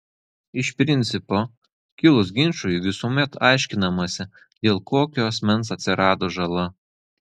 iš principo kilus ginčui visuomet aiškinamasi dėl kokio asmens atsirado žala